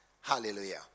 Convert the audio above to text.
Hallelujah